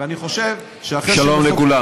ואני חושב, שלום לכולם.